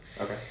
Okay